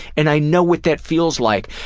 and i know what that feels like,